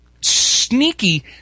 sneaky